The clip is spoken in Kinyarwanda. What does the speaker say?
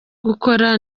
gukora